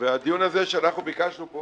והדיון הזה שאנחנו ביקשנו,